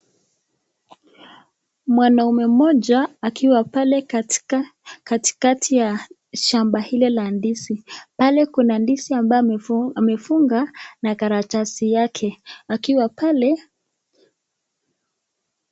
Mwanaume mmoja akiwa pale katikati ya shamba lile la ndizi. Pale kuwa ndizi ambaye amefunga na karatasi yake akiwa pale.